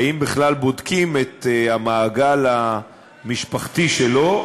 האם בכלל בודקים את המעגל המשפחתי שלו?